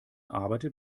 arbeitet